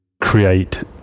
create